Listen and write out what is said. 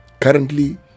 currently